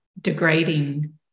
degrading